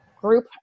group